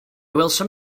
welsom